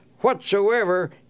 whatsoever